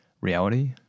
reality